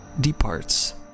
departs